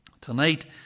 Tonight